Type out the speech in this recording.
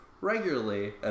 regularly